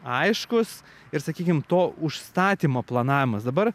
aiškus ir sakykim to užstatymo planavimas dabar